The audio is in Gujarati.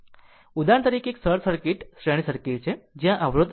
ઉદાહરણ તરીકે એક સરળ શ્રેણી સર્કિટ છે જ્યાં અવરોધ R છે